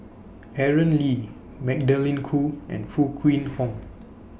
Aaron Lee Magdalene Khoo and Foo Kwee Horng